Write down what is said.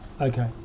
okay